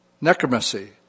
necromancy